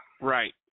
right